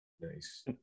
Nice